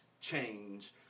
change